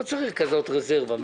לא צריך כזאת רזרבה.